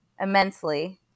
Immensely